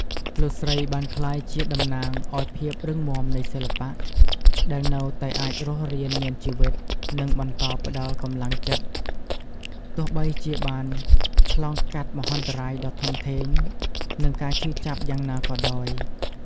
លោកស្រីបានក្លាយជាតំណាងឱ្យ ភាពរឹងមាំនៃសិល្បៈ ដែលនៅតែអាចរស់រានមានជីវិត និងបន្តផ្តល់កម្លាំងចិត្ត ទោះបីជាបានឆ្លងកាត់មហន្តរាយដ៏ធំធេង និងការឈឺចាប់យ៉ាងណាក៏ដោយ។